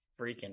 freaking